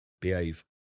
Behave